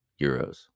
euros